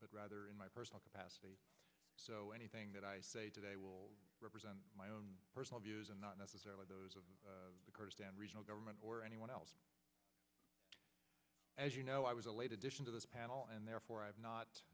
but rather in my personal capacity so anything that i say today will represent my own personal views and not necessarily those of the kurdistan regional government or anyone else as you know i was a late addition to this panel and therefore i have not